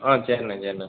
ஆ சேரிண்ணா சேரிண்ணா